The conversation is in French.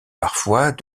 parfois